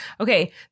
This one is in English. Okay